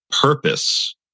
purpose